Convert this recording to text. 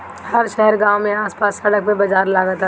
हर शहर गांव में आस पास सड़क पे बाजार लागत हवे